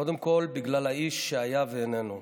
קודם כול בגלל האיש שהיה ואיננו,